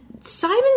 Simon